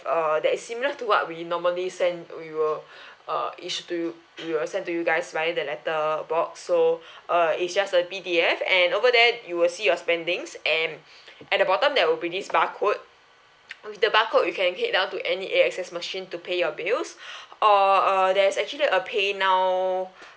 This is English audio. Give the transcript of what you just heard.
uh that is similar to what we normally send we will uh issu~ to we will send to you guys via the letterbox so uh it's just a P_D_F and over there you will see your spendings and at the bottom there will be this barcode the barcode you can head down to any A_X_S machine to pay your bills or err there's actually a PayNow